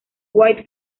white